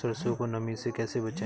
सरसो को नमी से कैसे बचाएं?